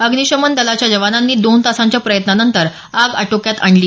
अग्निशमन दलाच्या जवानांनी दोन तासांच्या प्रयत्नानंतर आग आटोक्यात आणली